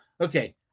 Okay